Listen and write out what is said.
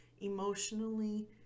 emotionally